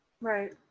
right